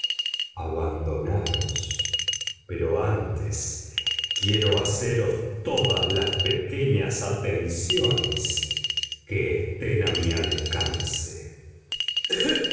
abandonaros pero antes quiero haceros todas las pequeñas atenciones que estén a mi alcance